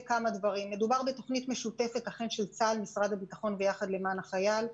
מדובר בתוכנית משותפת של צה"ל ומשרד הביטחון ו"ביחד למען החייל".